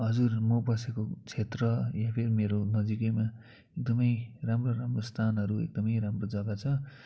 हजुर म बसेको क्षेत्र यहाँकै मेरो नजिकैमा एकदमै राम्रो राम्रो स्थानहरू एकदमै राम्रो जग्गा छ